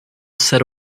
said